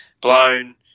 blown